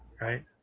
right